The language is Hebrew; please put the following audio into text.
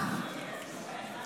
בושה.